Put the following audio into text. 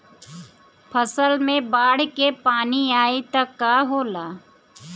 फसल मे बाढ़ के पानी आई त का होला?